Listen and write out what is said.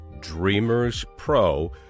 DREAMERSPRO